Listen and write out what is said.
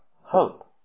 hope